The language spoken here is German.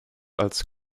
als